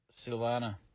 Silvana